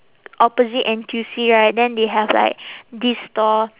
opposite N_T_U_C right then they have like this store